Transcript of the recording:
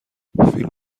فیلم